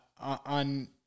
on